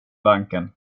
banken